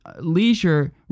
leisure